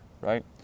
right